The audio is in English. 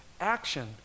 action